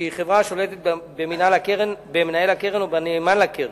שהיא חברה השולטת במנהל הקרן או בנאמן לקרן,